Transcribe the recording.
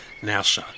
NASA